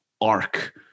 arc